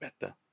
better